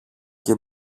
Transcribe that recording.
και